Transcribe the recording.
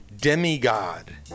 demigod